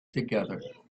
together